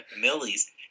Millies